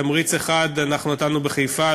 תמריץ אחד אנחנו נתנו בחיפה,